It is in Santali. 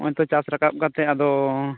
ᱦᱚᱜᱼᱚᱭ ᱛᱚ ᱪᱟᱥ ᱨᱟᱠᱟᱵ ᱠᱟᱛᱮ ᱟᱫᱚ